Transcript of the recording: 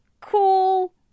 cool